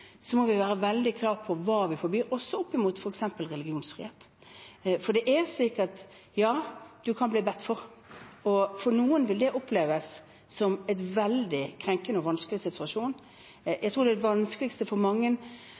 må vi være veldig klare på hva vi forbyr, også opp mot f.eks. religionsfrihet. For det er slik at man kan bli bedt for, og for noen vil det oppleves som en veldig krenkende og vanskelig situasjon. Jeg tror det vanskeligste for mange